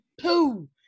Pooh